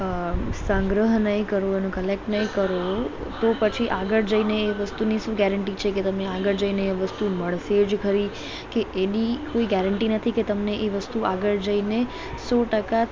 સંગ્રહ નહીં કરો અને કલેક્ટ નહીં કરો તો પછી આગળ જઈને એ વસ્તુની શું ગેરંટી છે કે તમને આગળ જઈને એ વસ્તુ મળશે જ ખરી કે એની કોઈ ગેરંટી નથી કે તમને એ વસ્તુ આગળ જઈને સો ટકા